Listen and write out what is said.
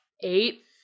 Eight